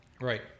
Right